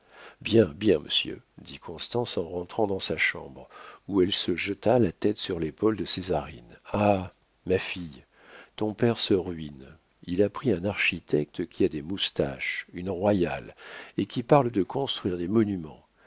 bien bien monsieur dit constance en rentrant dans sa chambre où elle se jeta la tête sur l'épaule de césarine ah ma fille ton père se ruine il a pris un architecte qui a des moustaches une royale et qui parle de construire des monuments